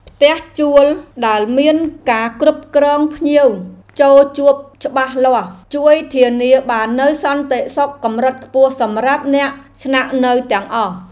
ផ្ទះជួលដែលមានការគ្រប់គ្រងភ្ញៀវចូលជួបច្បាស់លាស់ ជួយធានាបាននូវសន្តិសុខកម្រិតខ្ពស់សម្រាប់អ្នកស្នាក់នៅទាំងអស់។